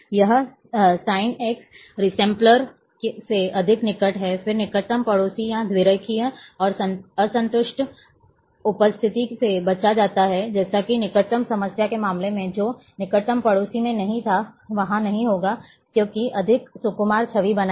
यह सही sinx resampler के अधिक निकट है फिर निकटतम पड़ोसी या द्विरेखीय और असंतुष्ट उपस्थिति से बचा जाता है जैसे कि निकटतम समस्या के मामले में जो कि निकटतम पड़ोसी में नहीं था वहां नहीं होगा क्योंकि यह अधिक सुकुमार छवि बनाएगा